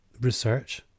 research